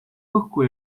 õhku